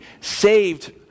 saved